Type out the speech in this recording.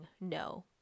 no